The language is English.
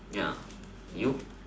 ya you